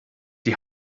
die